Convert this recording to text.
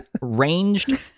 ranged